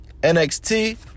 NXT